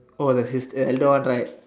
oh the sister elder one right